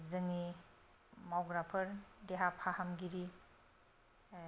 जोंनि मावग्राफोर देहा फाहामगिरि